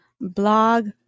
blog